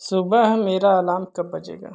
सुबह मेरा अलाम कब बजेगा